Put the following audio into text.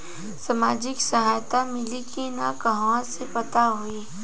सामाजिक सहायता मिली कि ना कहवा से पता होयी?